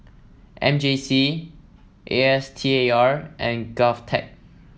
M J C A S T A R and Govtech